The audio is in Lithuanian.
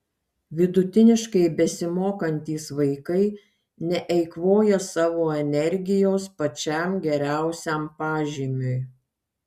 vidutiniškai besimokantys vaikai neeikvoja savo energijos pačiam geriausiam pažymiui